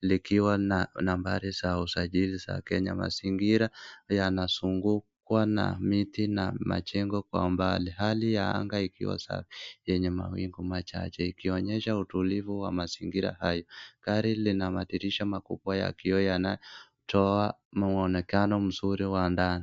likiwa na nambari ya usajili za Kenya, mazingira yanazungukwa na miti na majengo kwa umbali, hali ya anga ikiwa safi yenye mawingu machache ikionyesha utulivu wa mazingira hayo, gari lina madirisha makubwa ya kioo yanayotoa muonekano mzuri wa ndani.